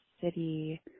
city